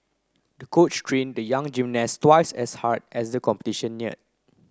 the coach trained the young gymnast twice as hard as the competition neared